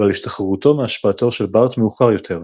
ועל השתחררותו מהשפעתו של בארת מאוחר יותר.